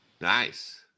Nice